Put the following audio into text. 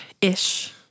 Ish